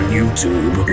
youtube